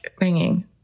ringing